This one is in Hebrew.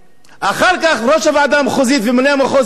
ראש הוועדה המחוזית וממונה המחוז כשל בתפקידו,